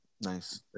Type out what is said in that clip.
Nice